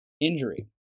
injury